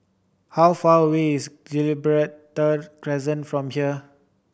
how far away is Gibraltar Crescent from here